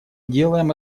делаем